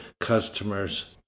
customers